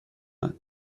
اومد